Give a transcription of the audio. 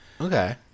Okay